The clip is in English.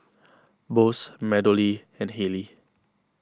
Bose MeadowLea and Haylee